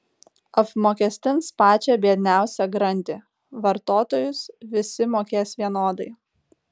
apmokestins pačią biedniausią grandį vartotojus visi mokės vienodai